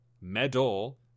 medal